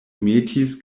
metis